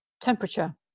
temperature